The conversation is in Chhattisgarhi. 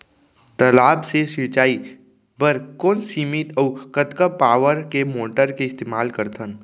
तालाब से सिंचाई बर कोन सीमित अऊ कतका पावर के मोटर के इस्तेमाल करथन?